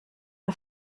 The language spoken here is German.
der